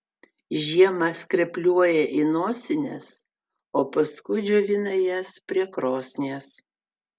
žiemą skrepliuoja į nosines o paskui džiovina jas prie krosnies